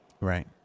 Right